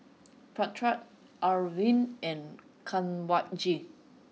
Pratap Arvind and Kanwaljit